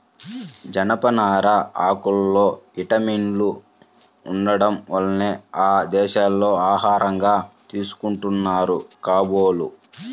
జనపనార ఆకుల్లో విటమిన్లు ఉండటం వల్లనే ఆ దేశాల్లో ఆహారంగా తీసుకుంటున్నారు కాబోలు